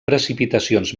precipitacions